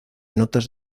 notas